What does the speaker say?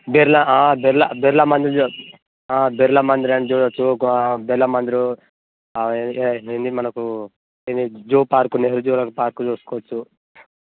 బిర్లా బిర్లా బిర్లామందిర్ చూ బిర్లామందిర్ చూడవచ్చు కా బిర్లామందిర్ అవి అన్నీ మనకు ఏది zoo park Nehru zoological park చూసుకోవచ్చు